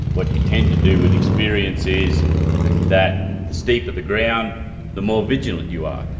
what you tend to do with experience is that the steeper the ground the more vigilant you are.